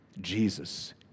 Jesus